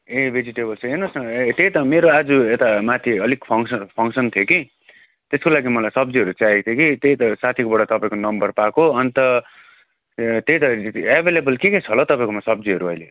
ए vegetables हेर्नुहोस् न ए त्यही त मेरो आज यता माथि अलिक फङ्गसन फङ्गसन थियो कि त्यसको लागि मलाई सब्जीहरू चाहिएको थियो कि त्यही त साथीकोबाट तपाईँको नम्बर पाएको अन्त ए त्यही त एभाइलेवल के के छ होला तपाईँकोमा सब्जीहरू अहिले